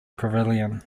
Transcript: pavilion